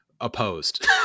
Opposed